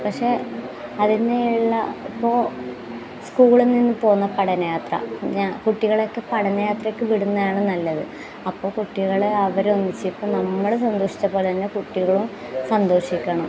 പക്ഷേ അത് തന്നെ ഉള്ളപ്പോൾ സ്കൂളിൽ നിന്ന് പോവുന്ന പഠനയാത്ര കുട്ടികളൊക്കെ പഠനയാത്രയ്ക്ക് വിടുന്നതാണ് നല്ലത് അപ്പോൾ കുട്ടികൾ അവരൊന്നിച്ച് ഇപ്പം നമ്മൾ സന്തോഷിച്ച പോലെ തന്നെ കുട്ടികൾ സന്തോഷിക്കണം